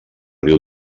riu